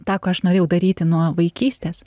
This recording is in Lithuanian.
tą ką aš norėjau daryti nuo vaikystės